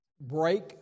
Break